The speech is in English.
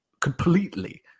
completely